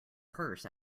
purse